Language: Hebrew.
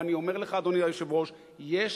ואני אומר לך, אדוני היושב-ראש, יש